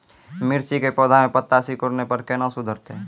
मिर्ची के पौघा मे पत्ता सिकुड़ने पर कैना सुधरतै?